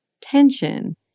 tension